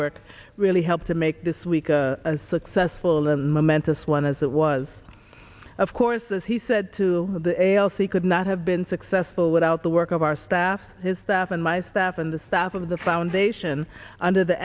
work really helped to make this week a successful and momentous one as it was of course as he said to the a l c could not have been successful without the work of our staff his staff and my staff and the staff of the foundation under the